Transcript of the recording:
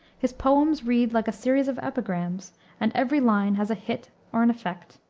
his poems read like a series of epigrams and every line has a hit or an effect.